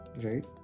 Right